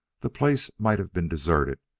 the place might have been deserted,